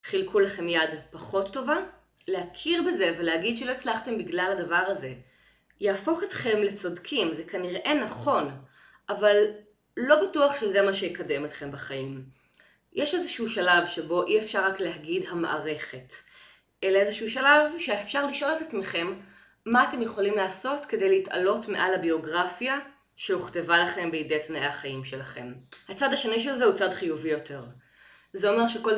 חילקו לכם יד פחות טובה, להכיר בזה ולהגיד שלא הצלחתם בגלל הדבר הזה יהפוך אתכם לצודקים, זה כנראה נכון, אבל לא בטוח שזה מה שיקדם אתכם בחיים. יש איזשהו שלב שבו אי אפשר רק להגיד המערכת, אלא איזשהו שלב שאפשר לשאול את עצמכם מה אתם יכולים לעשות כדי להתעלות מעל הביוגרפיה שהוכתבה לכם בידי תנאי החיים שלכם. הצד השני של זה הוא צד חיובי יותר.